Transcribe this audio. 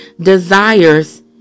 desires